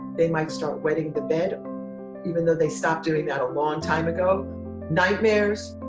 they might start wetting the bed even though they stopped doing that a long time ago nightmares,